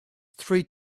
three